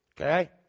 Okay